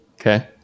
Okay